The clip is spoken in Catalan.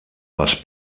les